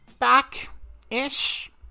back-ish